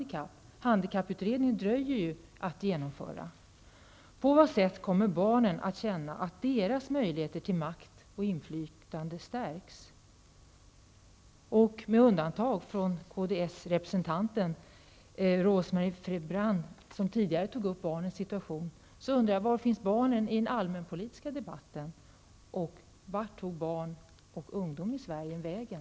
Ett genomförande av handikapputredningens förslag dröjer ju. På vad sätt kommer barnen att känna att deras möjligheter till makt och inflytande stärks? Kds-representanten Rose-Marie Frebran tog i sitt anförande upp frågan om barnens situation. I övrigt undrar jag: Var finns barnen i den allmänpolitiska debatten? Vart tog barn och ungdom i Sverige vägen?